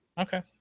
Okay